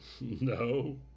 No